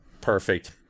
perfect